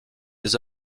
les